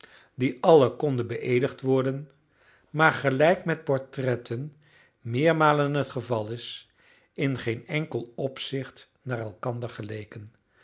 die alle konden beëedigd worden maar gelijk met portretten meermalen het geval is in geen enkel opzicht naar elkander geleken